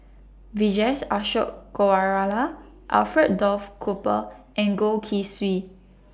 Vijesh Ashok Ghariwala Alfred Duff Cooper and Goh Keng Swee